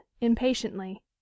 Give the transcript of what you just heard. impatiently